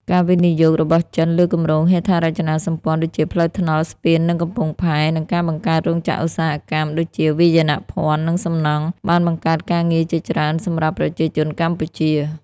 ការវិនិយោគរបស់ចិនលើគម្រោងហេដ្ឋារចនាសម្ព័ន្ធ (ដូចជាផ្លូវថ្នល់ ស្ពាន និងកំពង់ផែ) និងការបង្កើតរោងចក្រឧស្សាហកម្ម (ដូចជាវាយនភ័ណ្ឌ និងសំណង់) បានបង្កើតការងារជាច្រើនសម្រាប់ប្រជាជនកម្ពុជា។